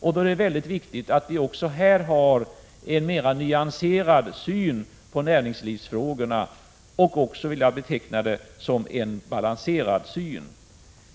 Då är det väldigt viktigt att vi också här har en mera nyanserad och balanserad syn på näringslivsfrågorna.